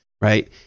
right